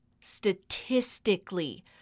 statistically